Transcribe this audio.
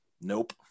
nope